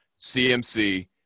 CMC